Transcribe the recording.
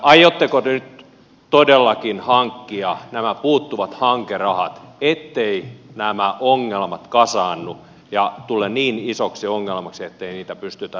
aiotteko te nyt todellakin hankkia nämä puuttuvat hankerahat etteivät nämä ongelmat kasaannu ja tule niin isoksi ongelmaksi ettei niitä pystytä ratkomaan